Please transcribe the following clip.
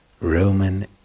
Roman